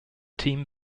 team